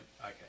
Okay